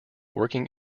working